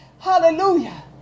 Hallelujah